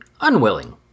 unwilling